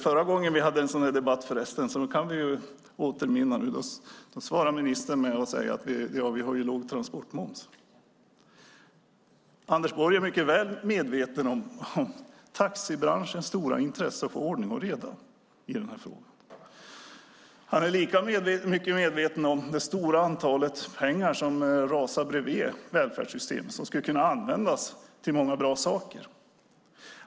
Förra gången vi hade en sådan här debatt svarade ministern med att vi har låg transportmoms. Anders Borg är mycket väl medveten om taxibranschens stora intresse av att få ordning och reda i den här frågan. Anders Borg är också medveten om den stora summa pengar som ramlar bredvid välfärdssystemet och som skulle kunna användas till många bra saker.